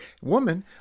Woman